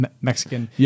Mexican